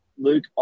Luke